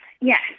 yes